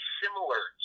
similar